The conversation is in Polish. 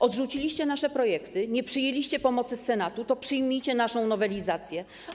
Odrzuciliście nasze projekty, nie przyjęliście pomocy z Senatu, to przyjmijcie naszą nowelizację.